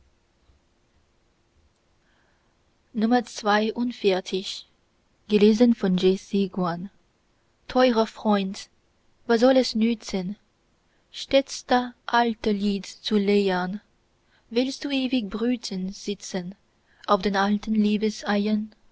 xlii teurer freund was soll es nützen stets das alte lied zu leiern willst du ewig brütend sitzen auf den alten